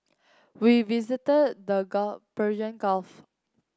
we visited the Gulf Persian Gulf